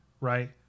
right